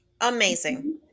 Amazing